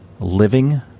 Living